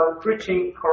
preaching